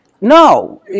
no